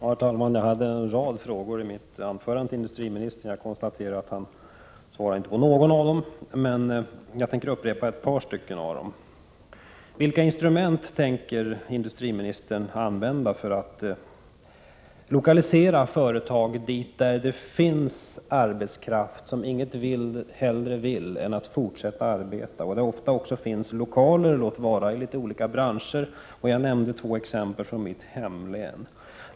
Herr talman! I mitt anförande ställde jag en rad frågor till industriministern. Jag konstaterar nu att han inte svarade på någon av dem. Låt mig upprepa ett par av dem. Vilka instrument tänker industriministern använda för att lokalisera företag till orter där det finns människor som inget hellre vill än att fortsätta att arbeta? Det är orter på vilka det också finns lokaler, låt vara i litet olika branscher. Jag gav tidigare två exempel därpå från mitt hemlän.